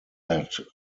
that